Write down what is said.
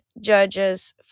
Judges